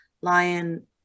Lion